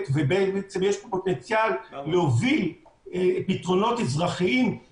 כמובן שלחברי הוועדה גם אין שליטה על מה שייקבע.